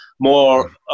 More